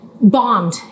bombed